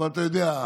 אבל, אתה יודע.